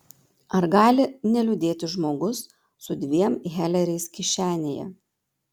ar gali neliūdėti žmogus su dviem heleriais kišenėje